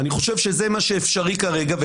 אני חושב שזה מה שאפשרי כרגע.